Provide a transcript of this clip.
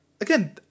Again